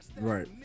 Right